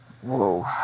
Whoa